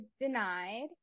denied